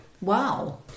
wow